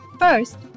First